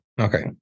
Okay